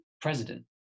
president